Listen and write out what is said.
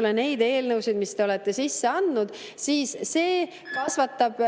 ole, neid eelnõusid, mis te olete sisse andnud, siis see kasvatab